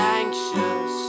anxious